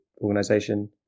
organization